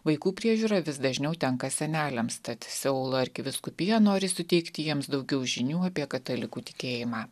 vaikų priežiūra vis dažniau tenka seneliams tad seulo arkivyskupija nori suteikti jiems daugiau žinių apie katalikų tikėjimą